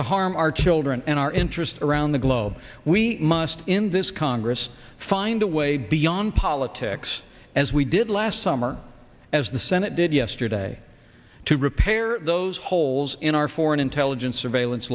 to harm our children and our interests around the globe we must in this congress find a way beyond politics as we did last summer as the senate did yesterday to repair those holes in our foreign intelligence surveillance